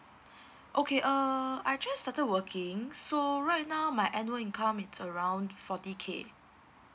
okay uh I just started working so right now my annual income it's around forty K